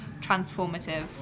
transformative